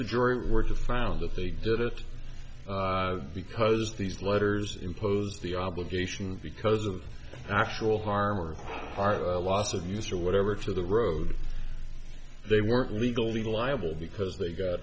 the jury were found that they did it because these letters impose the obligation because of actual harm or part of a loss of use or whatever to the road they were legally liable because they got